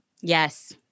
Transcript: yes